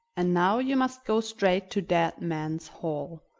and now you must go straight to dead man's hall,